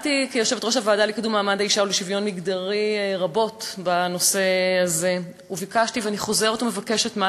יש עוד דרכים, והדרכים קיימות והידע קיים.